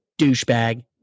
douchebag